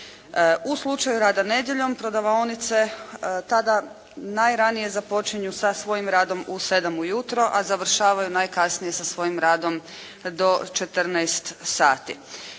U slučaju rada nedjeljom, prodavaonice tada najranije započinju sa svojim radom u 7 u jutro, a završavaju najkasnije sa svojim radom do 14 sati.